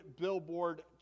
billboard